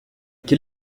quel